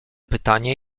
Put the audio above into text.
pytanie